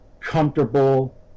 comfortable